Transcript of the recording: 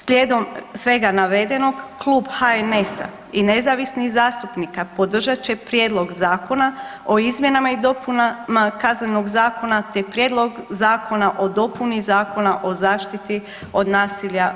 Slijedom svega navedenog klub HNS-a i nezavisnih zastupnika podržat će Prijedlog zakona o izmjenama i dopunama Kaznenog zakona, te Prijedlog zakona o dopuni Zakona o zaštiti od nasilja u obitelji.